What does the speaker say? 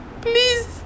please